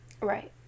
Right